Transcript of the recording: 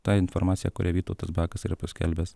ta informacija kurią vytautas bakas yra paskelbęs